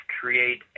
create